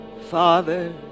Father